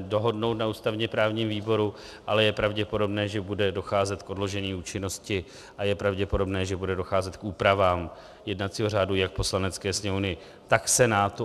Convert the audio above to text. dohodnout na ústavněprávním výboru, ale je pravděpodobné, že bude docházet k odložení účinnosti, a je pravděpodobné, že bude docházet k úpravám jednacího řádu jak Poslanecké sněmovny, tak Senátu.